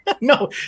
No